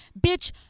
bitch